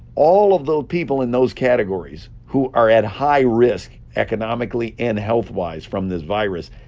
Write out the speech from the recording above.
all of those people in those categories who are at high risk economically and health-wise from this virus,